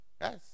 Yes